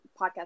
podcast